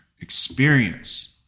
experience